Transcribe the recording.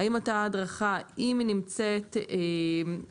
האם אותה הדרכה אם היא נמצאת בשטח,